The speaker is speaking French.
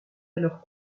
alors